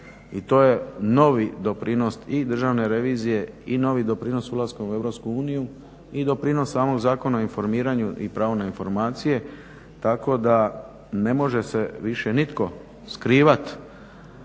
i to je novi doprinos i Državne revizije i novi doprinos ulaska u EU i doprinos samog Zakona o informiranju i pravo na informacije. Tako da ne može se više nitko skrivati